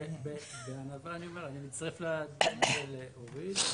אני מצטרף לדברים של אורית.